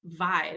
vibe